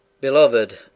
Beloved